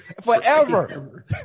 forever